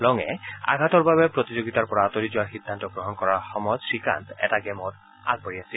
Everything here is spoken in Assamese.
লঙে আঘাতৰ বাবে প্ৰতিযোগিতাৰ পৰা আঁতৰি যোৱাৰ সিদ্ধান্ত গ্ৰহণ কৰাৰ সময়ত শ্ৰীকান্ত এটা গেমত আগবাঢ়ি আছিল